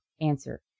Answer